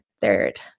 third